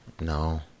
No